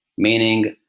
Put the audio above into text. meaning,